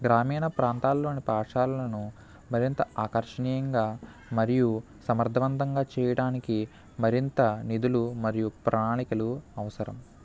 గ్రామీణ ప్రాంతాల్లోని పాఠశాలలను మరింత ఆకర్షణీయంగా మరియు సమర్థవంతంగా చేయడానికి మరింత నిధులు మరియు ప్రణాళికలు అవసరం